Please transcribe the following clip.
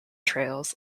trails